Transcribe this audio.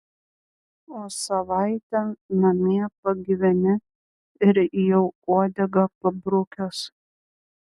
o savaitę namie pagyveni ir jau uodegą pabrukęs